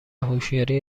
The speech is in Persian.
هوشیاری